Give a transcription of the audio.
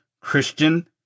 Christian